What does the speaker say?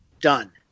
Done